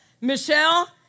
Michelle